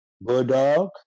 Bulldog